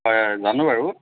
হয় হয় জানো বাৰু